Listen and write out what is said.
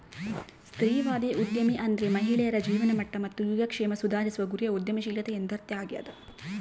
ಸ್ತ್ರೀವಾದಿ ಉದ್ಯಮಿ ಅಂದ್ರೆ ಮಹಿಳೆಯರ ಜೀವನಮಟ್ಟ ಮತ್ತು ಯೋಗಕ್ಷೇಮ ಸುಧಾರಿಸುವ ಗುರಿಯ ಉದ್ಯಮಶೀಲತೆ ಎಂದರ್ಥ ಆಗ್ಯಾದ